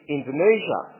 Indonesia